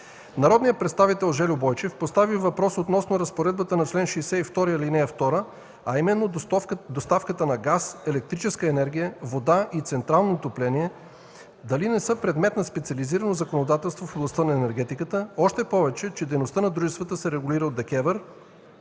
Народният представител Желю Бойчев постави въпрос относно разпоредбата на чл. 62, ал. 2, а именно доставката на газ, електрическа енергия, вода и централно отопление дали не са предмет на специализирано законодателство в областта на енергетиката, още повече че дейността на дружествата се регулира от ДКЕВР